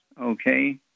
Okay